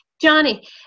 Johnny